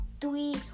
three